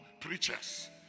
preachers